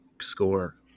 score